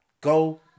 Go